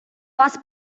вас